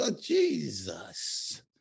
Jesus